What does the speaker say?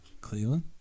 Cleveland